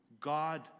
God